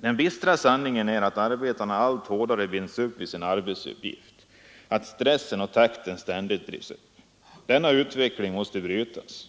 Den bistra sanningen är att arbetaren allt hårdare binds upp vid sin arbetsuppgift, att stressen och takten ständigt drivs upp. Denna utveckling måste brytas.